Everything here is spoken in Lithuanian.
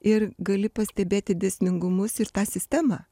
ir gali pastebėti dėsningumus ir tą sistemą